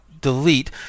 delete